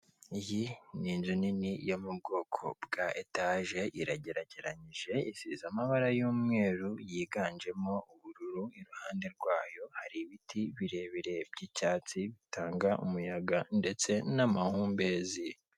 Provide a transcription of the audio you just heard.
Iyi n'inzu nini yo mubwoko bwa , etaje iragerekeranyije isiz' , amabara y'umweru yiganjem' ubururu, iruhande rwayo har' ibiti birebire by 'icyatsi bitanga umuyaga ndetse n' amahumbezi.